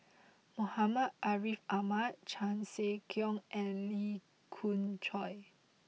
Muhammad Ariff Ahmad Chan Sek Keong and Lee Khoon Choy